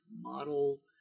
model